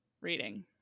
reading